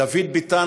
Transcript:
דוד ביטן,